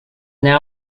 now